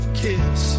kiss